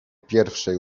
pierwszej